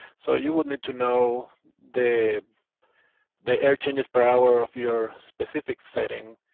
so, you will need to know the the air changes per hour of your specific setting,